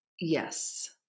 yes